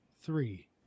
three